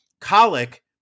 colic